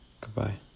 Goodbye